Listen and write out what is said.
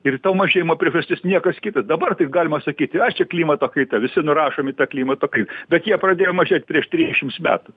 ir to mažėjimo priežastis niekas kitas dabar tai galima sakyt ai čia klimato kaita visi nurašom į tą klimato kaitą bet jie pradėjo mažėt prieš trisdešims metų